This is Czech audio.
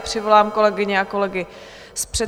Přivolám kolegyně a kolegy z předsálí.